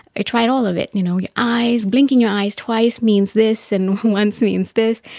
i tried all of it, and you know your eyes, blinking your eyes twice means this and once means this,